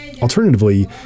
Alternatively